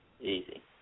easy